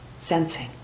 sensing